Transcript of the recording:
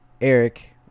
Eric